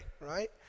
right